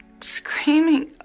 screaming